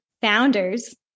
founders